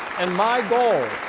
and my goal,